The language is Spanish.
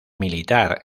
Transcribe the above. militar